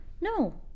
no